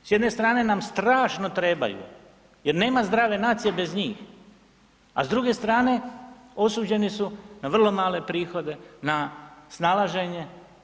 S jedne strane nam strašno trebaju jer nema zdrave nacije bez njih, a s druge strane osuđeni su na vrlo male prihode, na snalaženje.